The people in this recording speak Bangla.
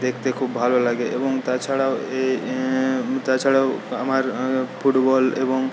দেখতে খুব ভালো লাগে এবং তাছাড়াও তাছাড়াও আমার ফুটবল এবং